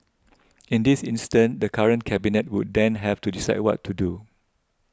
in this instance the current Cabinet would then have to decide what to do